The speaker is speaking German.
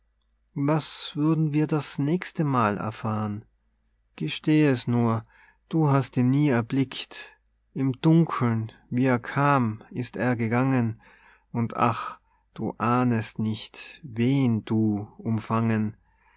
was würden wir das nächste mal erfahren gesteh es nur du hast ihn nie erblickt im dunkeln wie er kam ist er gegangen und ach du ahnest nicht wen du umfangen